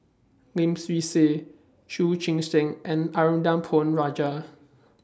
Lim Swee Say Chu Chee Seng and Arumugam Ponnu Rajah